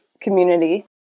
community